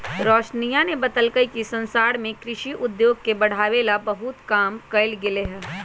रोशनीया ने बतल कई कि संसार में कृषि उद्योग के बढ़ावे ला बहुत काम कइल गयले है